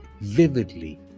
vividly